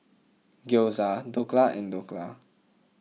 Gyoza Dhokla and Dhokla